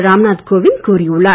ராம் நாத் கோவிந்த் கூறியுள்ளார்